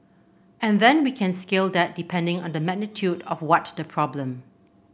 and then we can scale that depending on the magnitude of what the problem